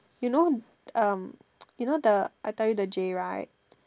you know um you know the I tell you the Jay right